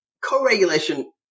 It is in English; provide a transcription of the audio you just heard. co-regulation